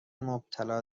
مبتلا